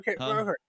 Okay